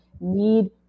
need